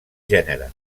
gènere